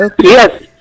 Yes